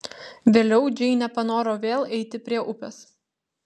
vėliau džeinė panoro vėl eiti prie upės